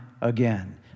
again